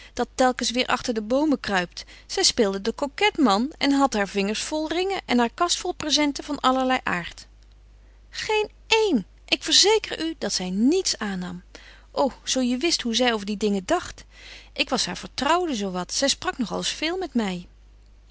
dat telkens weer achter de boomen kruipt zij speelde de coquette man en had haar vingers vol ringen en haar kast vol presenten van allerlei aard geen een ik verzeker u dat zij niets aannam o zoo je wist hoe zij over die dingen dacht ik was haar vertrouwde zoowat zij sprak nog al eens veel met mij